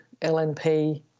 LNP